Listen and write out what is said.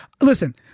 listen